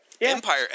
Empire